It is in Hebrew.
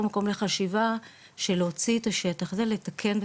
מקום לחשיבה של להוציא את השטח ולתקן,